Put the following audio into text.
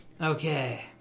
Okay